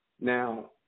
Now